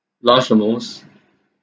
blushed the most